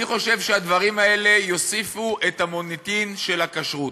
אני חושב שהדברים האלה יוסיפו מוניטין לכשרות.